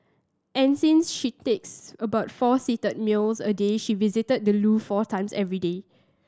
and since she takes about four seated meals a day she visit the loo four times every day